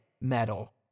metal